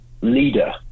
leader